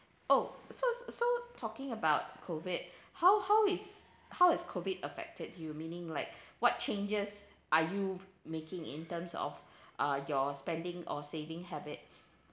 oh so so talking about COVID how how is how has COVID affected you meaning like what changes are you making in terms of uh your spending or saving habits